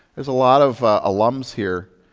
there's a lot of alums here.